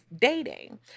dating